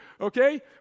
okay